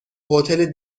هتل